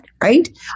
Right